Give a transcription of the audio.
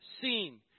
seen